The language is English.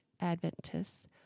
Adventists